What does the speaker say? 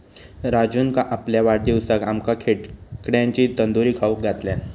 राजून आपल्या वाढदिवसाक आमका खेकड्यांची तंदूरी खाऊक घातल्यान